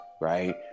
right